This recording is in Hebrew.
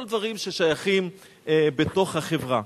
כל הדברים ששייכים לחברה.